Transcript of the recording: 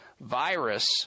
virus